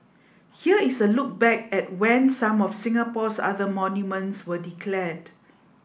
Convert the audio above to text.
here is a look back at when some of Singapore's other monuments were declared